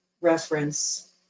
reference